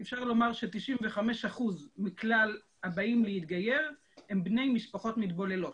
אפשר לומר ש-95% מכלל הבאים להתגייר הם בני משפחות מתבוללות.